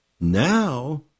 Now